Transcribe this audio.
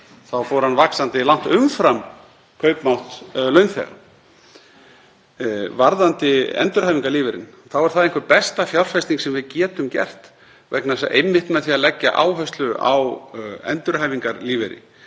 ár fór hann vaxandi langt umfram kaupmátt launþega. Varðandi endurhæfingarlífeyririnn er það einhver besta fjárfesting sem við getum gert vegna þess að einmitt með því að leggja áherslu á endurhæfingarlífeyri